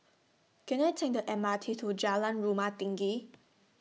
Can I Take The M R T to Jalan Rumah Tinggi